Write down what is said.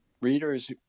readers